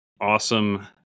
awesome